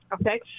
okay